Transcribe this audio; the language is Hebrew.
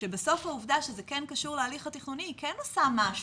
שבסוף העובדה שזה כן קשור להליך התכנוני כן עושה משהו,